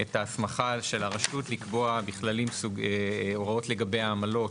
את ההסמכה של הרשות לקבוע הוראות לגבי עמלות,